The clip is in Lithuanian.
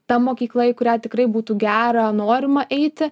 ta mokykla į kurią tikrai būtų gera norima eiti